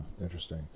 Interesting